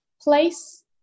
place